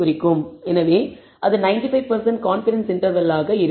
எனவே அது 95 சதவீத கான்பிடன்ஸ் இன்டர்வெல்லாக இருக்கும்